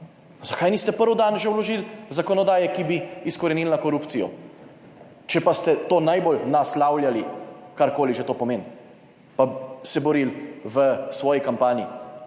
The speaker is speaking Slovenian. Zakaj niste prvi dan že vložili zakonodaje, ki bi izkoreninila korupcijo, če pa ste to najbolj naslavljali, karkoli že to pomeni, pa se borili v svoji kampanji.